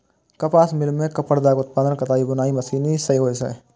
कपास मिल मे कपड़ाक उत्पादन कताइ बुनाइ मशीनरी सं होइ छै